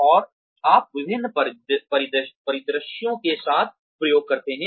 और आप विभिन्न परिदृश्यों के साथ प्रयोग करते हैं